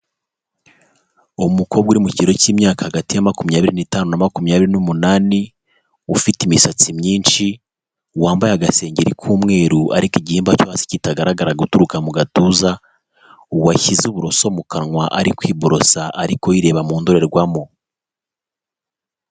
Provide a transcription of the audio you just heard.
Umukobwa uri mu kigero cy'imyaka hagati ya makumyabiri n'itanu na makumyabiri n'umunani, ufite imisatsi myinshi, wambaye agasengeri k'umweru, ariko igihimba cyo hasi kitagaragara guturuka mu gatuza, washyize uburoso mu kanwa ari kwiborosa, ariko yireba mu ndorerwamo.